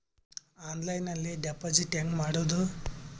ಆನ್ಲೈನ್ನಲ್ಲಿ ಡೆಪಾಜಿಟ್ ಹೆಂಗ್ ಮಾಡುದು?